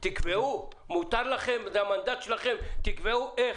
זה המנדט שלכם, תקבעו איך,